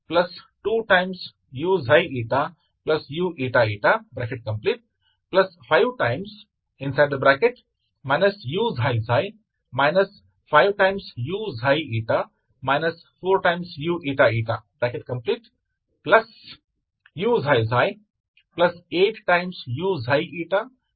ನೀವು ಇದನ್ನು ಬದಲಿಸಿದರೆ ಈಗ 9uξ η3u2 ಪದಗಳನ್ನು ಸಂಗ್ರಹಿಸಿ